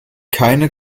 keine